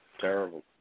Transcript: Terrible